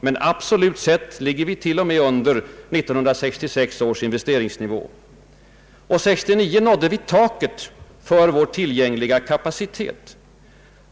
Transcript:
Men absolut sett ligger vi till och med under 1966 års investeringsnivå. Under 1969 nådde vi taket för vår tillgängliga kapacitet.